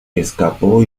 escapó